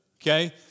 okay